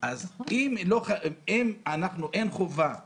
אז אם אין חובה להתחסן,